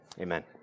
amen